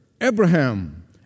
Abraham